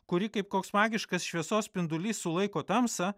kuri kaip koks magiškas šviesos spindulys sulaiko tamsą